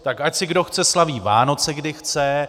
Tak ať si kdo chce slaví Vánoce, kdy chce.